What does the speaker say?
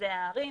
במרכזי הערים,